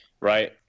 right